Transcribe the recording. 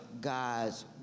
God's